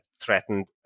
threatened